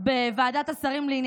אתם